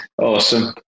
Awesome